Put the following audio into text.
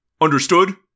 Understood